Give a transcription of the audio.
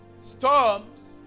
storms